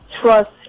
trust